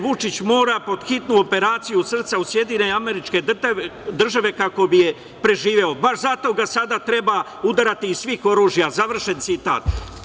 Vučić mora podhitno operaciju srca u SAD kako bi je preživeo, baš zato ga sad treba udarati iz svih oružja, završen citat.